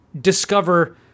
discover